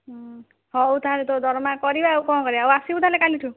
ହୁଁ ହଉ ତାହେଲେ ତୋ ଦରମା କରିବା ଆଉ କ'ଣ କରିବା ହଉ ଆସିବୁ ତାହେଲେ କାଲିଠୁ